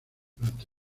durante